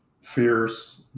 fears